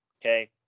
okay